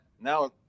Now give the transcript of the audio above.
Now